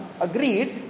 agreed